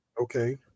Okay